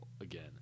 again